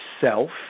self